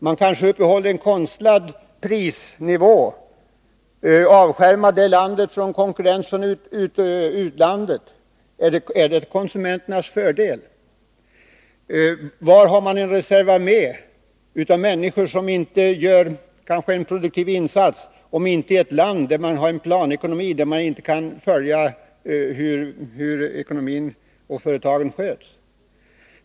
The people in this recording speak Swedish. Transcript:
Man kanske uppehåller en konstlad prisnivå och avskiljer det landet från konkurrens från utlandet. Är det till konsumenternas fördel? Var har man en reservarmé av människor som kanske inte gör en produktiv insats, om inte i ett land där man har en planekonomi, när man inte kan följa hur ekonomin och företagen sköts?